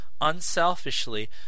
unselfishly